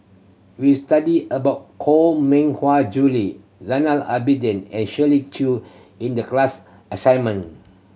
we studied about Koh Mui Hiang Julie Zainal Abidin and Shirley Chew in the class assignment